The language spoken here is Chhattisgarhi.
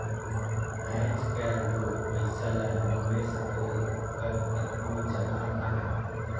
आएज काएल दो पइसा ल निवेस करे कर केतनो जगहा अहे